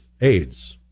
AIDS